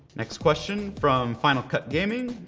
next question from final cut gaming.